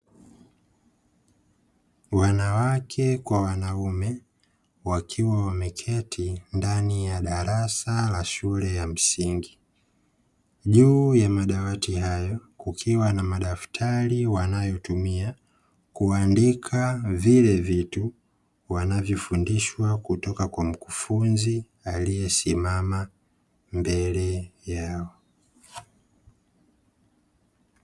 Wanawake kwa wanaume wakiwa wameketi ndani ya darasa la shule ya msingi, juu ya madawati hayo kukiwa na madaftari wanayotumia kuandika vile vitu wanavyofundishwa kutoka kwa mkufunzi aliyesimama mbele yao.